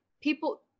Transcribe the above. people